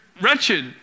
wretched